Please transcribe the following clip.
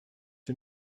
den